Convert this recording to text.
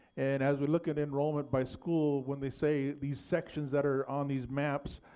and as we look at enrollment by school when they say these sections that are on these maps,